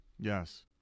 Yes